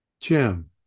Jim